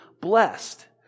blessed